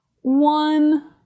one